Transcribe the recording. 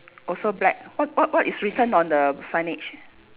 also black what what what is written on the signage